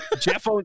Jeff